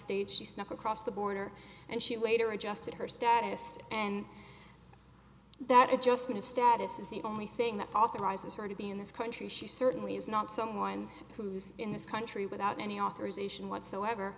states she snuck across the border and she later adjusted her status and that adjustment of status is the only thing that authorizes her to be in this country she certainly is not someone who's in this country without any authorization whatsoever